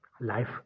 life